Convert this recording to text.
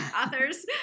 authors